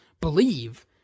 believe